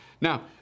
Now